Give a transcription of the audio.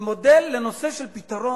מודל לפתרון.